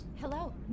Hello